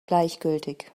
gleichgültig